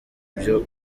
ibyo